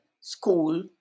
school